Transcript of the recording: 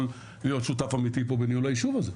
להיות שותף אמיתי פה בניהול היישוב הזה,